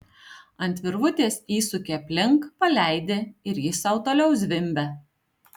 ant virvutės įsuki aplink paleidi ir jis sau toliau zvimbia